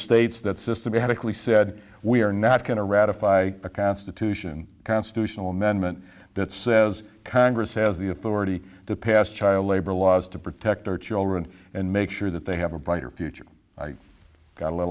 states that systematically said we are not going to ratify a constitution constitutional amendment that says congress has the authority to pass child labor laws to protect our children and make sure that they have a brighter future i got